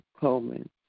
Coleman